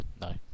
No